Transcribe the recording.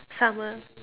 summer